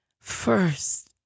first